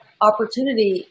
opportunity